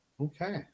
Okay